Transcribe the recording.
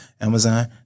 Amazon